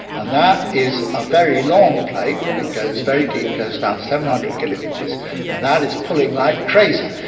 and that is a very long plate and it goes very deep, goes down to seven hundred kilometres, and that is pulling like crazy,